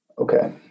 Okay